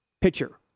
pitcher